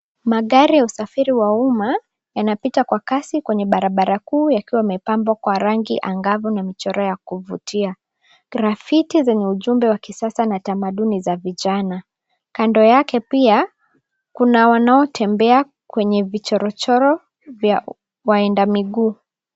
Magari ya usafiri wa umma yanapita kwa kasi kwenye barabara kuu yakiwa yamepambwa kwa rangi angavu na michoro ya kuvutia. Pembeni, mabango yenye ujumbe wa kisasa yanabeba taswira na mitazamo ya vijana. Kando ya barabara, wapita njia wanatembea kwenye vijichorochoro vinavyowaelekeza mjini